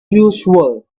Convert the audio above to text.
usual